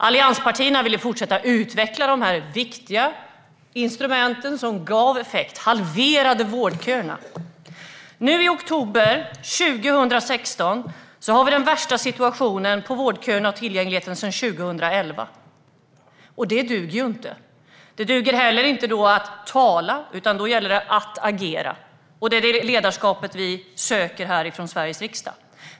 Allianspartierna ville fortsätta att utveckla de här viktiga instrumenten, som gav effekt och halverade vårdköerna. I oktober 2016 hade vi den värsta situationen beträffande vårdköerna och tillgängligheten sedan 2011. Det duger inte. Det duger då heller inte att bara tala, utan det gäller att agera. Det är det ledarskapet vi från Sveriges riksdag söker.